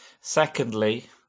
Secondly